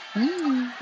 mm